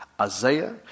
Isaiah